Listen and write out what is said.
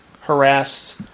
harassed